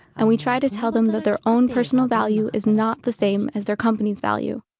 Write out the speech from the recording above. and we try to tell them that their own personal value is not the same as their company's value.